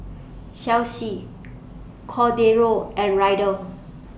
Chelsi Cordero and Ryder